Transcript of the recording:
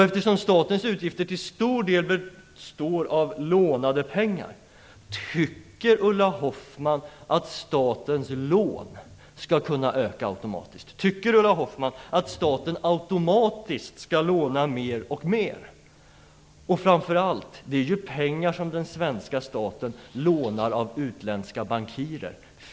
Eftersom statens utgifter till stor del består av lånade pengar, tycker Ulla Hoffmann att statens lån skall kunna öka automatiskt? Tycker Ulla Hoffmann att staten automatiskt skall låna mer och mer? Framför allt är detta pengar som den svenska staten lånar av utländska bankirer.